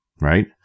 right